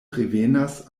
revenas